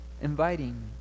inviting